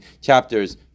chapters